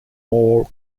more